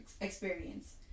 experience